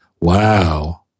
wow